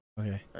okay